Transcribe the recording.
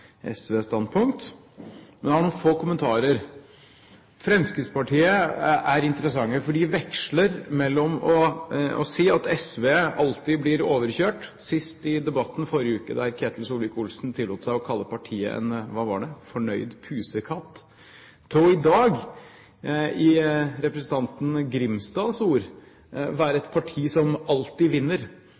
SVs standpunkt. Men jeg har noen få kommentarer. Fremskrittspartiet er interessante, for de veksler mellom å si at SV alltid blir overkjørt, sist i debatten i forrige uke, da Ketil Solvik-Olsen tillot seg å kalle partiet – hva var det – fornøyd pusekatt, til i dag, ifølge representanten Grimstads ord, å være et parti som alltid vinner,